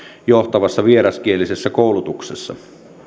johtavassa vieraskielisessä koulutuksessa